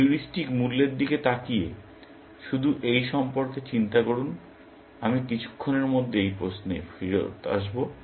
heuristic মূল্যের দিকে তাকিয়ে শুধু এই সম্পর্কে চিন্তা করুন আমি কিছুক্ষণের মধ্যে এই প্রশ্নে ফিরে আসব